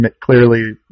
clearly